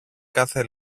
κάθε